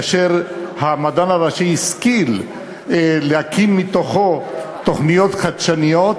כאשר המדען הראשי השכיל להקים מתוכו תוכניות חדשניות,